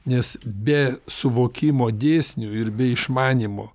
nes be suvokimo dėsnių ir be išmanymo